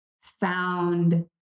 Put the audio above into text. found